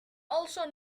also